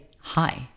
Hi